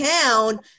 town